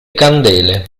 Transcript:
candele